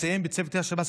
מסיעיהם וצוות השב"ס,